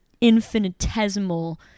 infinitesimal